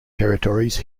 territories